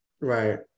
Right